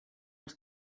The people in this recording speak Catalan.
els